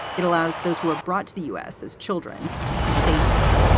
it allows those who are brought to the u s. as children to stay here,